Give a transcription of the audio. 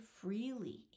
freely